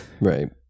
Right